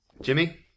Jimmy